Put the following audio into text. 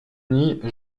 nid